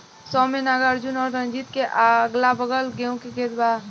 सौम्या नागार्जुन और रंजीत के अगलाबगल गेंहू के खेत बा